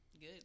good